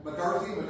McCarthy